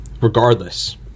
Regardless